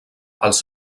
els